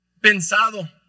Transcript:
pensado